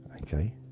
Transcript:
okay